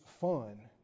fun